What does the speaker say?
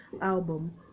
album